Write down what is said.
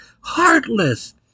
Heartless